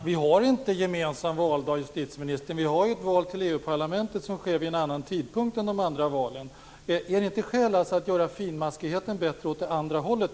Fru talman! Vi har inte gemensam valdag, justitieministern. Valet till EU-parlamentet sker vid en annan tidpunkt än de andra valen. Är det inte skäl att göra finmaskigheten bättre också åt det andra hållet?